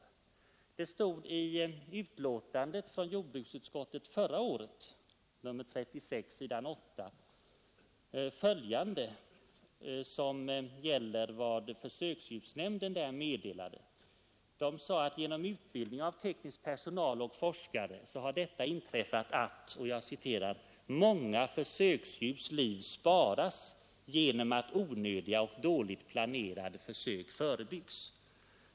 I betänkande nr 36 från jordbruksutskottet förra året stod sålunda följande på s. 38 om vad försöksdjursnämnden meddelade. Försöksdjursnämnden sade att genom utbildning av teknisk personal och forskare har det inträffat att ”många försöksdjurs liv sparas genom att onödiga och dåligt planerade försök förebyggs”.